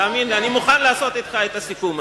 תאמין לי, אני מוכן לעשות אתך את הסיכום הזה.